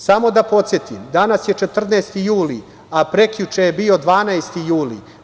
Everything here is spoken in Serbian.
Samo da podsetim, danas je 14. juli, a prekjuče je bio 12. juli.